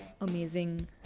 amazing